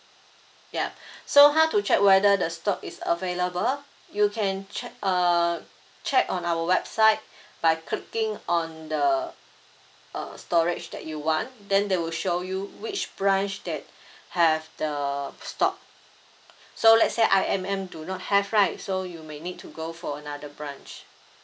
yup so how to check whether the stock is available you can check uh check on our website by clicking on the uh storage that you want then they will show you which branch that have the stock so let's say I_M_M do not have right so you may need to go for another branch